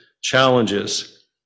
challenges